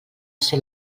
ser